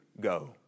Go